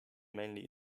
mainly